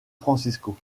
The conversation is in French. francisco